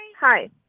Hi